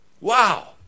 Wow